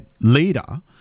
leader